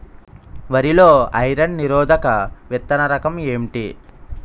వరి లో ఐరన్ నిరోధక విత్తన రకం ఏంటి?